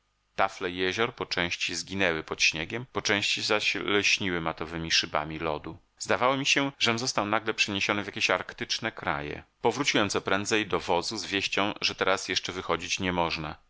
jezior po części zginęły pod śniegiem po części zaś lśniły matowemi szybami lodu zdawało mi się żem został nagle przeniesiony w jakieś arktyczne kraje powróciłem co prędzej do wozu z wieścią że teraz jeszcze wychodzić nie można